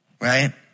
right